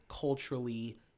culturally